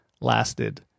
lasted